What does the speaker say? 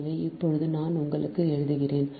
எனவே இப்போது நான் உங்களுக்காக எழுதுகிறேன்